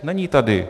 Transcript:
Není tady.